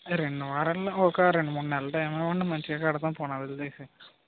రెండు వారల్లో ఒక రెండు మూడు నెలలు టైం ఇవ్వండి మంచిగా కడతాం పునాదులు వేసి